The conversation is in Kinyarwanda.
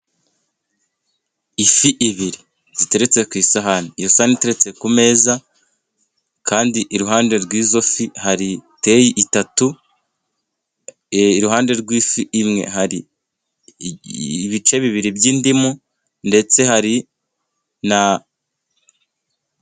Ifi ebyiri ziteretse ku isahani, iyo sahani iteretse ku meza kandi iruhande rw'izo fi, hari teyi eshatu iruhande rw'ifi imwe hari ibice bibiri by'indimu, ndetse hari na.